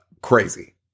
crazy